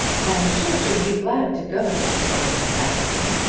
i am sure she will be glad to go, said mrs. askerton.